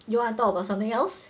you want to talk about something else